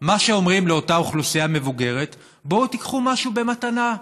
מה שאומרים לאותה אוכלוסייה מבוגרת: בואו תיקחו משהו במתנה,